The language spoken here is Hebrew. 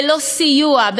ללא סיוע,